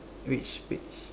which page